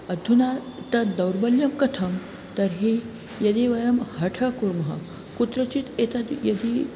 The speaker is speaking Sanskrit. अधुना तद् दौर्बल्यं कथं तर्हि यदि वयं हठं कुर्मः कुत्रचित् एतद् यदि